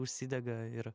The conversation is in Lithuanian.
užsidega ir